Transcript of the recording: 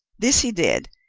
this he did,